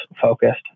focused